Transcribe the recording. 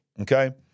okay